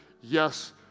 yes